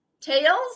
tails